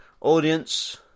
audience